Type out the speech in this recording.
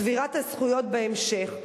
צבירת הזכויות בהמשך.